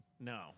No